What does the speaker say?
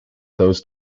those